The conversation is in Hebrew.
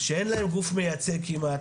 שאין להם גוף מייצג כמעט,